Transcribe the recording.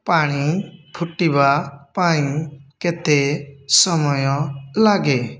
ପାଣି ଫୁଟିବା ପାଇଁ କେତେ ସମୟ ଲାଗେ